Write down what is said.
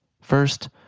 First